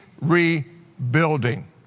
rebuilding